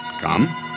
Come